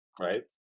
right